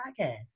Podcast